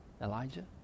Elijah